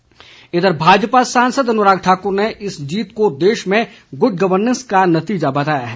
अनुराग ठाकुर इधर भाजपा सांसद अनुराग ठाकुर ने इस जीत को देश में गुड गवर्नेंस का नतीजा बताया है